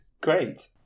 great